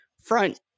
front